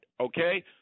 okay